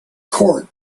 court